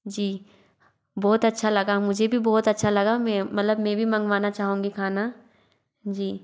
जी बहुत अच्छा लगा मुझे भी बहुत अच्छा लगा में मलतब मैं भी मंगवाना चाहूँगी खाना जी